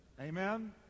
Amen